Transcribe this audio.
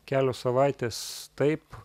kelios savaitės taip